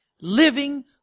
living